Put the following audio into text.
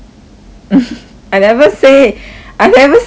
I never say I never say that lor